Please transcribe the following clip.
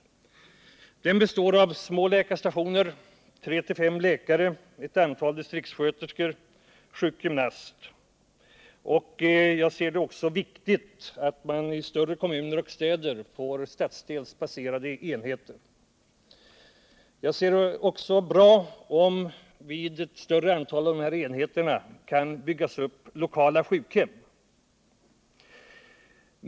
Det bör vara små läkarstationer, 3-5 läkare, ett antal distriktssköterskor och sjukgymnast. Jag anser också att det är viktigt att man i större kommuner och städer får stadsdelsbaserade enheter. Det är också bra, om det vid många av de här enheterna kan byggas upp lokala sjukhem.